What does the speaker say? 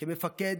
כמפקד,